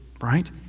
right